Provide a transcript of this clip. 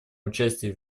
участия